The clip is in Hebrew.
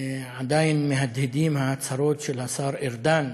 עדיין מהדהדות ההצהרות של השר ארדן,